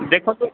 ଦେଖନ୍ତୁ